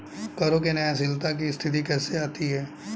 करों में न्यायशीलता की स्थिति कैसे आती है?